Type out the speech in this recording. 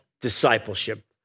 discipleship